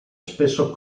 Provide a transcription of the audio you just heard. spesso